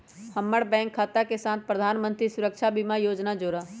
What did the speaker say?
हम्मर बैंक खाता के साथ प्रधानमंत्री सुरक्षा बीमा योजना जोड़ा